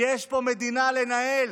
יש פה מדינה לנהל.